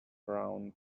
frowned